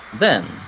then,